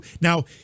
Now